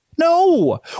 No